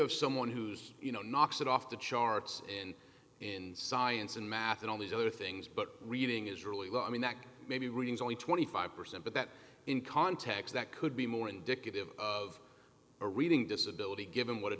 have someone who's you know knocks it off the charts and in science and math and all these other things but reading is really low i mean that maybe reading is only twenty five percent but that in context that could be more indicative of a reading disability given what a